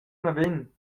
naven